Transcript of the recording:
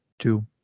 two